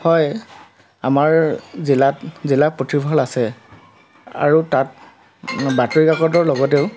হয় আমাৰ জিলাত জিলা পুথিভঁড়াল আছে আৰু তাত বাতৰি কাকতৰ লগতেও